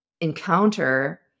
encounter